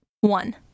One